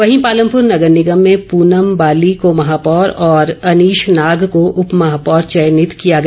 वहीं पालमपुर नगर निगम में पूनम बाली को महापौर और अनीश नाग को उपमहापौर चयनित किया गया